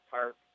Park